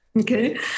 Okay